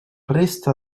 resta